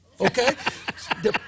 okay